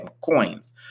coins